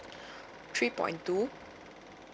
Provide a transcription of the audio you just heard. three point two